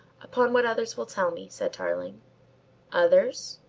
upon what others will tell me, said tarling others?